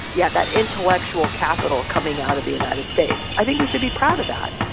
yeah, that intellectual capital coming out of the united states. i think we should be proud of that.